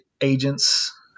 agents